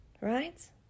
right